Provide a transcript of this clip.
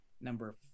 number